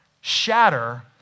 shatter